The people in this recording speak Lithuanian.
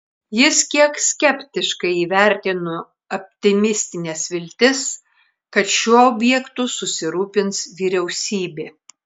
jis kiek skeptiškai įvertino optimistines viltis kad šiuo objektu susirūpins vyriausybė